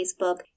Facebook